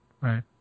Right